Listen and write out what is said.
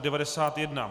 91.